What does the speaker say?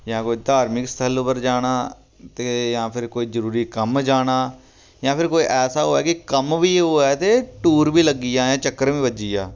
जां कुतै धार्मिक स्थल उप्पर जाना ते जां फिर कोई जरूरी कम्म जाना जां फिर कोई ऐसा होऐ कि कम्म बी होऐ ते टूर बी लग्गी जा ते चक्कर बी बज्जी जा